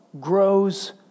grows